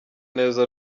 neza